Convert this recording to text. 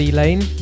lane